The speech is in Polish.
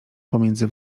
pomiędzy